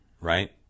right